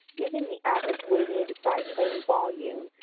using the average weighted by claim volume,